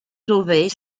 sauver